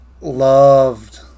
loved